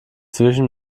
zwischen